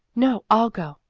no, i'll go,